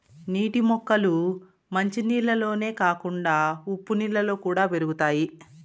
నీటి మొక్కలు మంచి నీళ్ళల్లోనే కాకుండా ఉప్పు నీళ్ళలో కూడా పెరుగుతాయి